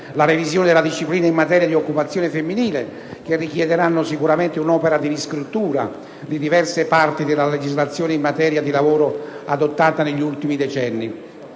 la revisione della disciplina in materia di occupazione femminile, che richiederanno sicuramente un'opera di riscrittura di diverse parti della legislazione in materia di lavoro adottata negli ultimi decenni.